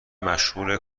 مشغول